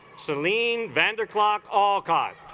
celine van der clock olcott